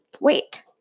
wait